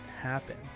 happen